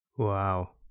Wow